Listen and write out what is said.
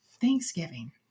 Thanksgiving